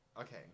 Okay